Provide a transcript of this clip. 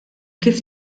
kif